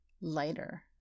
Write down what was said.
lighter